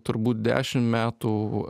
turbūt dešim metų